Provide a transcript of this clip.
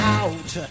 out